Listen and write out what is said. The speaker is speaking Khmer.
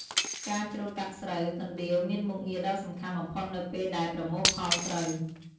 ការច្រូតកាត់ស្រូវ កណ្ដៀវមានមុខងារដ៏សំខាន់បំផុតនៅពេលដែលប្រមូលផលស្រូវ។